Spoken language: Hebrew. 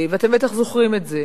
אתם בטח זוכרים את זה,